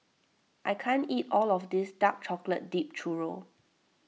I can't eat all of this Dark Chocolate Dipped Churro